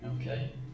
okay